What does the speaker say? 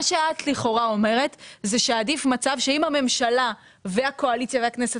מה שאת לכאורה אומרת זה שעדיף מצב שאם הממשלה והקואליציה והכנסת